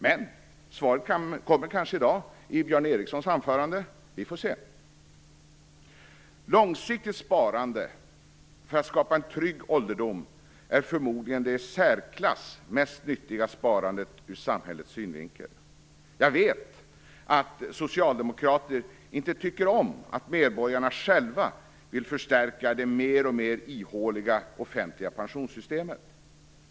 Men svaret kommer kanske i dag i Björn Ericsons anförande. Vi får se. Långsiktigt sparande för att skapa en trygg ålderdom är förmodligen det i särklass mest nyttiga sparandet ur samhällets synvinkel. Jag vet att socialdemokrater inte tycker om att medborgarna själva vill förstärka det alltmer ihåliga offentliga pensionssystemet.